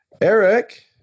Eric